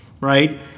right